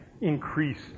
increase